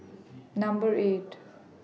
Number eight